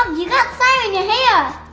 you got slime in your hair.